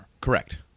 Correct